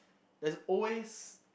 there's always